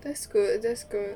that's good that's good